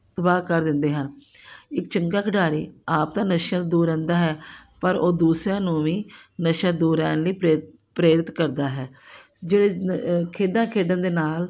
ਤਬਾਹ ਕਰ ਦਿੰਦੇ ਹਨ ਇੱਕ ਚੰਗਾ ਖਿਡਾਰੀ ਆਪ ਤਾਂ ਨਸ਼ਿਆਂ ਤੋਂ ਦੂਰ ਰਹਿੰਦਾ ਹੈ ਪਰ ਉਹ ਦੂਸਰਿਆਂ ਨੂੰ ਵੀ ਨਸ਼ਿਆਂ ਤੋਂ ਦੂਰ ਰਹਿਣ ਲਈ ਪ੍ਰੇ ਪ੍ਰੇਰਿਤ ਕਰਦਾ ਹੈ ਜਿਹੜੇ ਖੇਡਾਂ ਖੇਡਣ ਦੇ ਨਾਲ